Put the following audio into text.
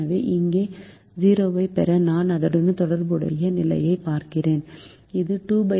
எனவே இங்கே 0 ஐப் பெற நான் அதனுடன் தொடர்புடைய நிலையைப் பார்க்கிறேன் இது 25